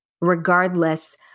regardless